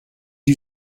you